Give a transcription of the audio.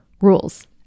rules